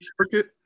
Circuit